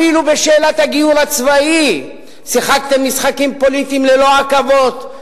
אפילו בשאלת הגיור הצבאי שיחקתם משחקים פוליטיים ללא עכבות,